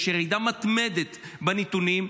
יש ירידה מתמדת בנתונים.